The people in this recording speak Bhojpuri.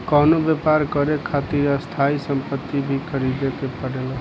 कवनो व्यापर करे खातिर स्थायी सम्पति भी ख़रीदे के पड़ेला